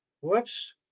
whoops